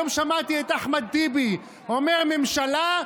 היום שמעתי את אחמד טיבי אומר: ממשלה,